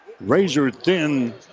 razor-thin